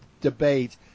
debate